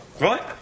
right